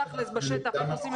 תכל'ס בשטח איך עושים את זה?